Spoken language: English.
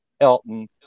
Elton